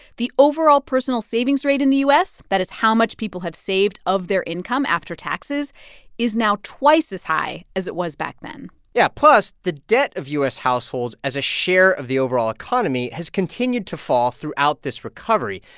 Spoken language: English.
the overall personal savings rate in the u s. that is how much people have saved of their income after taxes is now twice as high as it was back then yeah, plus the debt of u s. households as a share of the overall economy has continued to fall throughout this recovery,